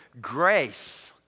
Grace